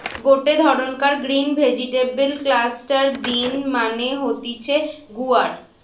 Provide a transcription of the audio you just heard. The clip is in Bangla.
গটে ধরণকার গ্রিন ভেজিটেবল ক্লাস্টার বিন মানে হতিছে গুয়ার